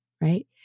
right